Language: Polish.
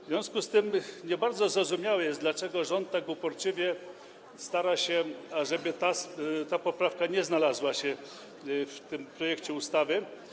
W związku z tym nie bardzo zrozumiałe jest, dlaczego rząd tak uporczywie stara się, żeby ta poprawka nie znalazła się w tym projekcie ustawy.